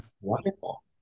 Wonderful